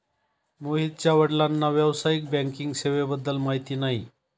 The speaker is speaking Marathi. मोहितच्या वडिलांना व्यावसायिक बँकिंग सेवेबद्दल माहिती नाही